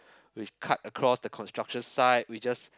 we cut across the construction site we just